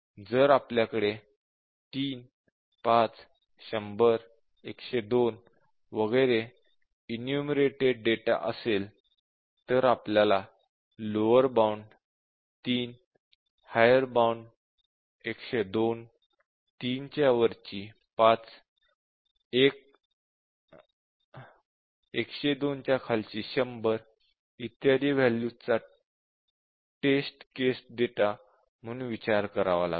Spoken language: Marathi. जर आपल्याकडे 3 5 100 102 वगैरे इनुमरटेड डेटा असेल तर आपल्याला लोवर बाउंड 3 हायर बाउंड 102 3 च्या वरची 5 आणि 102 च्या खालची 100 इत्यादी वॅल्यूज चा टेस्ट केस डेटा म्हणून विचार करावा लागेल